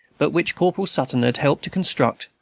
but which corporal sutton had helped to construct,